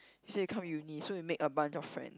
he say you come uni so you make a bunch of friends